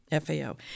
FAO